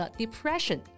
depression